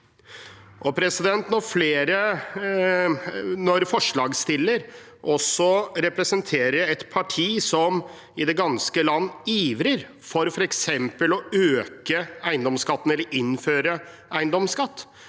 Forslagsstillerne representerer et parti som i det ganske land ivrer for f.eks. å øke eiendomsskatten eller innføre eiendomsskatt.